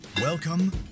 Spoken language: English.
Welcome